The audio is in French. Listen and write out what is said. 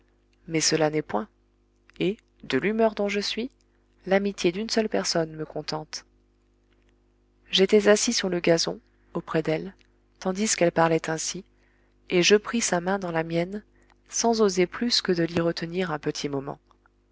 mais cela n'est point et de l'humeur dont je suis l'amitié d'une seule personne me contente j'étais assis sur le gazon auprès d'elle tandis qu'elle parlait ainsi et je pris sa main dans la mienne sans oser plus que de l'y retenir un petit moment